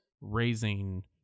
raising